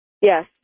Yes